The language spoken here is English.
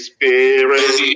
Spirit